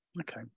Okay